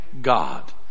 God